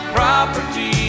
Property